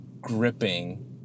gripping